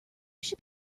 should